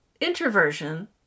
introversion